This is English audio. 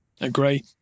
Agree